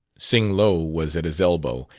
sing-lo was at his elbow,